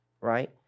right